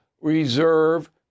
reserve